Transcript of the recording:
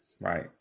right